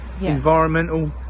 environmental